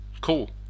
cool